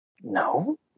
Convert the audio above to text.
no